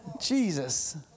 Jesus